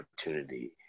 opportunity